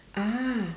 ah